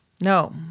no